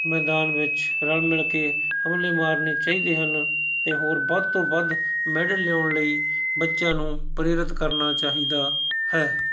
ਮੈਦਾਨ ਵਿੱਚ ਰਲ ਮਿਲ ਕੇ ਹੰਭਲੇ ਮਾਰਨੇ ਚਾਹੀਦੇ ਹਨ ਅਤੇ ਹੋਰ ਵੱਧ ਤੋਂ ਵੱਧ ਮੈਡਲ ਲਿਆਉਣ ਲਈ ਬੱਚਿਆਂ ਨੂੰ ਪ੍ਰੇਰਿਤ ਕਰਨਾ ਚਾਹੀਦਾ ਹੈ